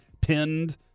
pinned